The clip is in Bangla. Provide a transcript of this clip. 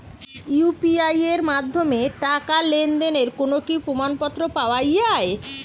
ইউ.পি.আই এর মাধ্যমে টাকা লেনদেনের কোন কি প্রমাণপত্র পাওয়া য়ায়?